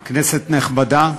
כנסת נכבדה,